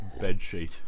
Bedsheet